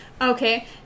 Okay